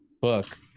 book